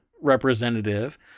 representative